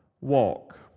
walk